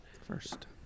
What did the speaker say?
First